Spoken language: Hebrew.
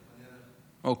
אוקיי.